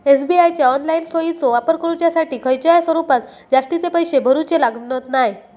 SBI च्या online सोयीचो वापर करुच्यासाठी खयच्याय स्वरूपात जास्तीचे पैशे भरूचे लागणत नाय